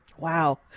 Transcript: Wow